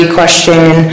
question